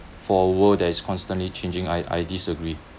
for a world that is constantly changing I I disagree